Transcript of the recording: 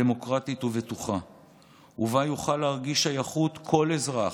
דמוקרטית ובטוחה, ובה יוכל להרגיש שייכות כל אזרח,